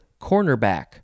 cornerback